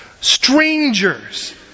Strangers